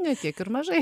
tiek ir mažai